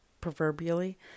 proverbially